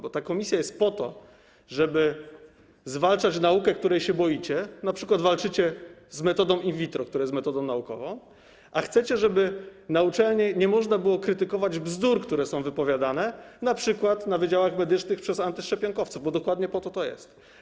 Bo ta komisja jest po to, żeby zwalczać naukę, której się boicie, np. walczycie z metodą in vitro, która jest metodą naukową, a chcecie, żeby na uczelni nie można było krytykować bzdur, które są wypowiadane np. na wydziałach medycznych przez antyszczepionkowców, bo dokładnie po to to jest.